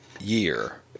year